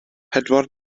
pedwar